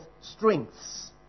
strengths